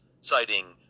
citing